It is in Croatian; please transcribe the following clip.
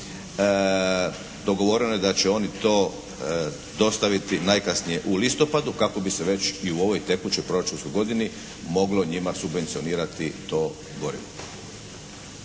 dogovoreno je da će oni to dostaviti najkasnije u listopadu kako bi se već i u ovoj tekućoj proračunskoj godini moglo njima subvencionirati to gorivo.